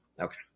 Okay